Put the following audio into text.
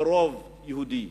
ברוב יהודי.